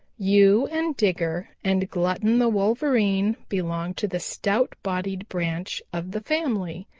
you and digger and glutton the wolverine belong to the stout-bodied branch of the family.